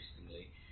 interestingly